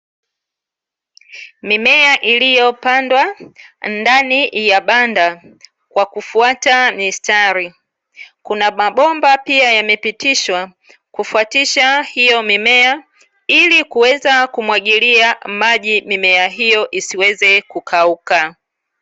Mimea iliyopandwa ndani ya banda kwa kufuata mistari, kuna mabomba pia yamepitishwa kufuatisha hiyo mimea ilikuweza kumwagilia maji mimea hiyo isiweze kukauka.